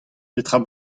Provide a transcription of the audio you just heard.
petra